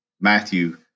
Matthew